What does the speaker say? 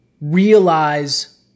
realize